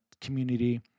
community